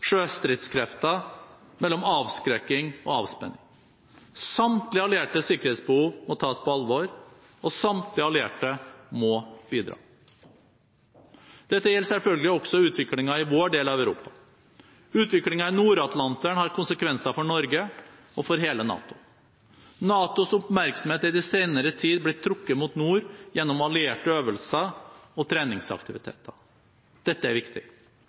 sjøstridskrefter, eller mellom avskrekking eller avspenning. Samtlige alliertes sikkerhetsbehov må tas på alvor – og samtlige allierte må bidra. Dette gjelder selvfølgelig også utviklingen i vår del av Europa. Utviklingen i Nord-Atlanteren har konsekvenser for Norge og for hele NATO. NATOs oppmerksomhet er i den senere tid blitt trukket mot nord gjennom allierte øvelser og treningsaktiviteter. Dette er viktig.